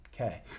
Okay